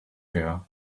here